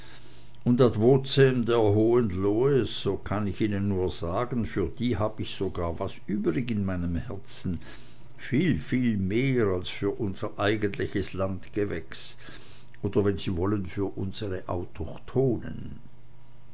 und ad vocem der hohenlohes so kann ich ihnen nur sagen für die hab ich sogar was übrig in meinem herzen viel viel mehr als für unser eigentliches landesgewächs oder wenn sie wollen für unsre autochthonen